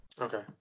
Okay